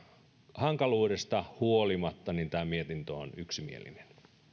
hankaluudesta huolimatta tämä mietintö on yksimielinen